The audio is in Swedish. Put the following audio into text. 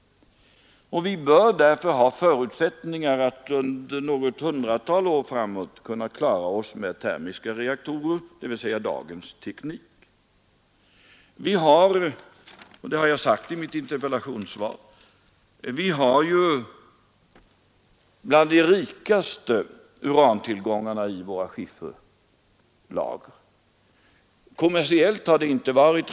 Vi bör därför ha förutsättningar att under något hundratal år framåt klara oss med termiska reaktorer, dvs. med dagens teknik. Jag har i mitt interpellationssvar sagt att urantillgångarna i våra skifferlager tillhör de rikaste i världen.